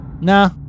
Nah